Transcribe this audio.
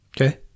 Okay